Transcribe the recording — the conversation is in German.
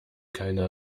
keine